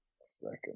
second